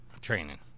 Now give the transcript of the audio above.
training